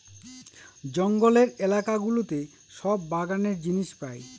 জঙ্গলের এলাকা গুলোতে সব বাগানের জিনিস পাই